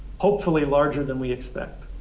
hopefully larger than we expect.